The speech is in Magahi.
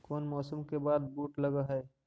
कोन मौसम के बाद बुट लग है?